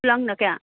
ꯈꯨꯂꯪꯅ ꯀꯌꯥ